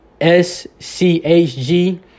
SCHG